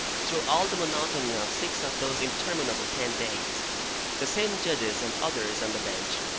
through all the monotony of six of those interminable ten days the same judges and others on the bench,